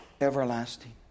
everlasting